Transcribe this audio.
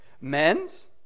Men's